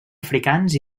africans